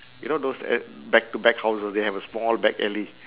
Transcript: you know those at back to back houses they have a small back alley